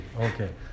Okay